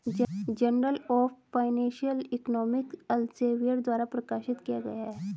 journal of financial economics Elsevier द्वारा प्रकाशित किया गया हैं